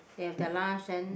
they have their lunch then